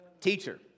Teacher